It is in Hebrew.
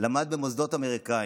למד במוסדות אמריקניים,